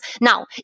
Now